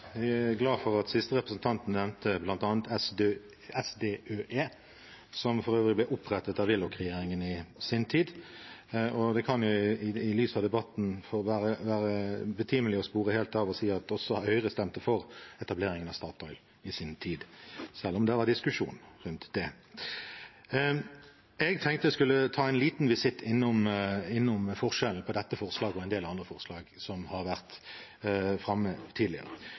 Jeg er glad for at siste representant nevnte bl.a. SDØE, som for øvrig ble opprettet av Willoch-regjeringen i sin tid. Det kan i lys av debatten være betimelig, for å spore helt av, å si at også Høyre stemte for etableringen av Statoil i sin tid, selv om det var diskusjon rundt det. Jeg tenkte jeg skulle gjøre en liten visitt til forskjellen på dette representantforslaget og en del andre forslag som har vært framme tidligere.